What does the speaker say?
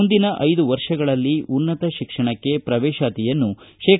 ಮುಂದಿನ ಐದು ವರ್ಷಗಳಲ್ಲಿ ಉನ್ನತ ಶಿಕ್ಷಣಕ್ಕೆ ಪ್ರವೇಶಾತಿಯನ್ನು ಶೇ